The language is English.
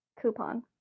Coupon